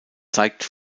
zeigt